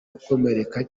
ukomereka